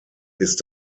ist